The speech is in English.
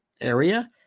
area